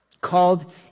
Called